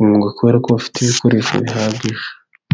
umwuga kubera ko bafite ibikoresho bihagije.